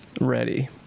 Ready